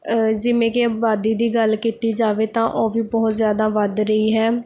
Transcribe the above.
ਜਿਵੇਂ ਕਿ ਆਬਾਦੀ ਦੀ ਗੱਲ ਕੀਤੀ ਜਾਵੇ ਤਾਂ ਉਹ ਵੀ ਬਹੁਤ ਜ਼ਿਆਦਾ ਵੱਧ ਰਹੀ ਹੈ